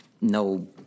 No